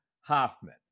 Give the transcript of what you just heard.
Hoffman